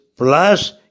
plus